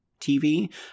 TV